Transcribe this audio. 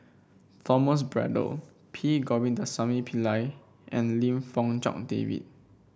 Thomas Braddell P Govindasamy Pillai and Lim Fong Jock David